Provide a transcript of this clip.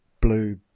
Blue